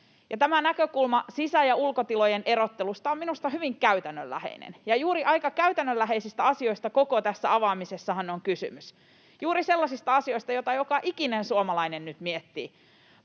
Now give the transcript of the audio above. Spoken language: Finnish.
tämä näkökulma sisä‑ ja ulkotilojen erottelusta on minusta hyvin käytännönläheinen. Ja juuri aika käytännönläheisistä asioistahan koko tässä avaamisessa on kysymys, juuri sellaisista asioista, joita joka ikinen suomalainen nyt miettii: